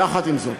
יחד עם זאת,